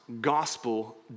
gospel